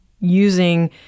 using